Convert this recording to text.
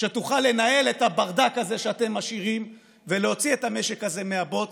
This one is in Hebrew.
שתוכל לנהל את הברדק הזה שאתם משאירים ולהוציא את המשק הזה מהבוץ,